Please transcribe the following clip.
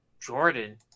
jordan